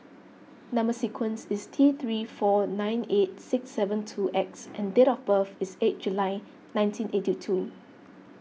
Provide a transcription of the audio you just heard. Number Sequence is T three four nine eight six seven two X and date of birth is eight July nineteen eight two